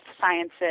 sciences